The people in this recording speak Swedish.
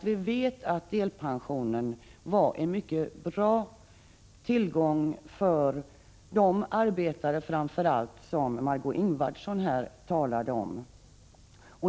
Vi vet att delpensionen var något mycket bra framför allt för de arbetare som Marg6ö Ingvardsson talat om.